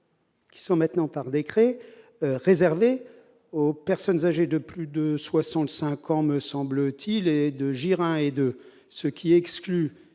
Qui sont maintenant par décret réservé aux personnes âgées de plus de 65 ans, me semble-t-il et de Geering et de ce qui exclut